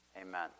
amen